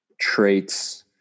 traits